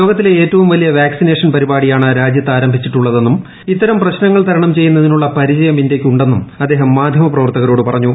ലോകത്തിലെ ഏറ്റവും വലിയ വാക്സിനേഷൻ പരിപാടിയാണ് രാജ്യത്ത് ആരംഭിച്ചിട്ടുളളതെന്നും ഇത്തരം പ്രശ്നങ്ങൾ തരണം ചെയ്യുന്നതിനുളള പരിചയം ഇന്ത്യയ്ക്കുണ്ടെന്നും അദ്ദേഹം മാധ്യമപ്രവർത്തകരോട് പറഞ്ഞു